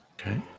Okay